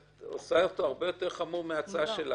את עושה אותו הרבה יותר חמור מההצעה שלך.